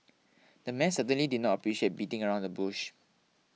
the man certainly did not appreciate beating around the bush